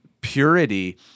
purity